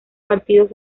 partidos